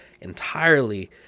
entirely